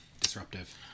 disruptive